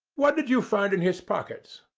what did you find in his pockets?